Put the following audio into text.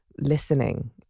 listening